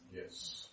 Yes